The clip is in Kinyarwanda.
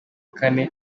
kane